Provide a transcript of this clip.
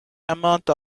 amount